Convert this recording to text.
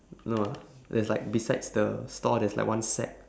no lah there's like besides the store there's like one sack